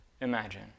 imagine